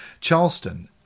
Charleston